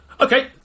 okay